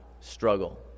struggle